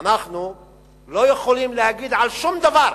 אנחנו לא יכולים להגיד על שום דבר,